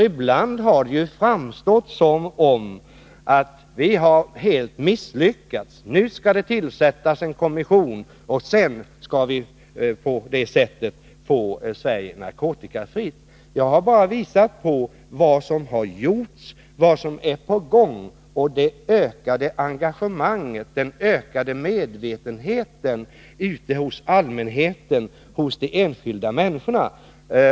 Ibland har det ju framstått som om vi hade misslyckats helt, men nu skall det tillsättas en kommission, och sedan skall Sverige på det sättet bli narkotikafritt. Jag har bara visat på vad som har gjorts, vad som är på gång och det ökade engagemanget, den ökade medvetenheten ute hos allmänheten, hos de enskilda människorna.